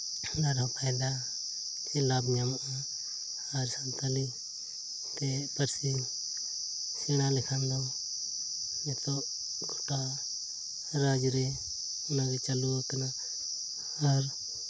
ᱚᱱᱟ ᱨᱮᱦᱚᱸ ᱯᱷᱟᱭᱫᱟ ᱥᱮ ᱞᱟᱵᱽ ᱧᱟᱢᱚᱜᱼᱟ ᱟᱨ ᱥᱟᱱᱛᱟᱲᱤ ᱛᱮ ᱯᱟᱹᱨᱥᱤ ᱥᱮᱬᱟ ᱞᱮᱠᱷᱟᱱ ᱫᱚ ᱱᱤᱛᱳᱜ ᱜᱚᱴᱟ ᱚᱱᱟ ᱜᱮ ᱪᱟᱹᱞᱩᱣᱟᱠᱟᱱᱟ ᱟᱨ